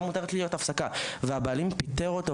אמורה להיות לי הפסקה,״ אבל המעסיק פיטר אותו,